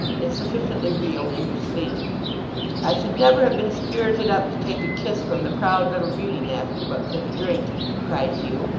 it's sufficiently real in your sleeve i should never have been spirited up to take a kiss from the proud little beauty, master, but for the drink cried hugh.